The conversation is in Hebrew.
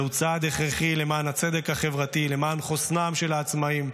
זהו צעד הכרחי למען הצדק החברתי ולמען חוסנם של העצמאים.